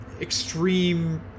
extreme